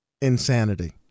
insanity